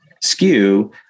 skew